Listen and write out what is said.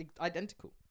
identical